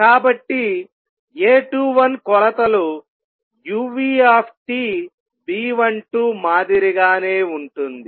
కాబట్టి A21కొలతలు uTB12మాదిరిగానే ఉంటుంది